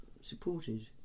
supported